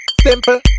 Simple